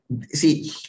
See